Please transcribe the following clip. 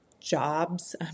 jobs